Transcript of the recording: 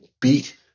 beat